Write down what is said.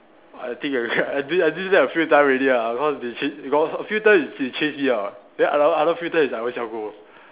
I think I I did I did that a few times already ah cause they did cha~ cause a few times they chase me out ah then other other few times is I own self go